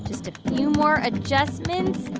just a few more adjustments.